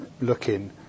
looking